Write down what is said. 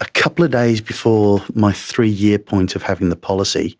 a couple of days before my three-year point of having the policy